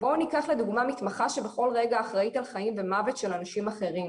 בואו ניקח לדוגמא מתמחה שבכל רגע אחראית על חיים ומוות של אנשים אחרים,